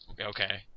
okay